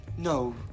No